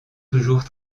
toujours